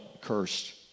cursed